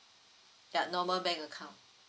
ya normal bank account